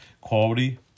Quality